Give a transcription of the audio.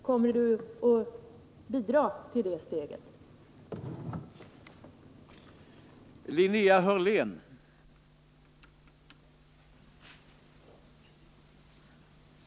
Kommer du att medverka till att vi kan ta det steget?